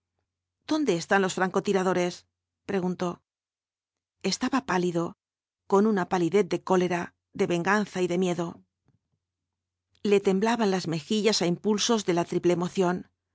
dónde están los franco tiradores preguntó estaba pálido con una palidez de cólera de venganza y de miedo le temblaban las mejillas á impulsos de la triple emoción